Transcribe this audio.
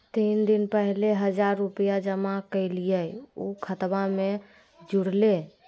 तीन दिन पहले हजार रूपा जमा कैलिये, ऊ खतबा में जुरले?